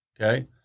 Okay